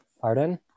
Pardon